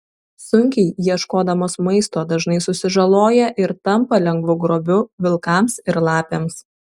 sunkiai ieškodamos maisto dažnai susižaloja ir tampa lengvu grobiu vilkams ir lapėms